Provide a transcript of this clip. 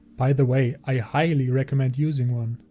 by the way, i highly recommend using one.